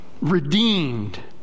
redeemed